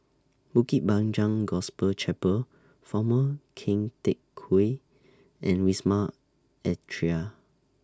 Bukit Panjang Gospel Chapel Former Keng Teck Whay and Wisma Atria